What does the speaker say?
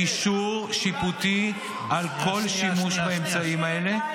אישור שיפוטי על כל שימוש באמצעים האלה.